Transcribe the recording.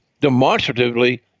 demonstratively